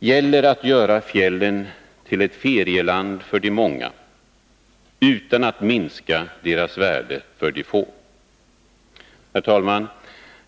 ”Gäller att göra fjällen till ett ferieland för de många, utan att minska deras värde för de få.” Herr talman!